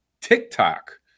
tiktok